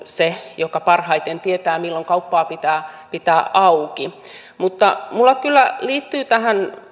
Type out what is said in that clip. se joka parhaiten tietää milloin kauppaa pitää pitää auki mutta minulla kyllä liittyy tähän